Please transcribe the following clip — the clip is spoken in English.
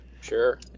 sure